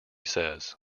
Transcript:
says